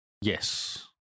Yes